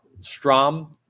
strom